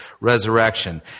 resurrection